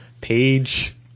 page